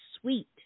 sweet